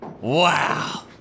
Wow